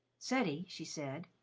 ceddie, she said,